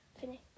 finish